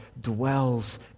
dwells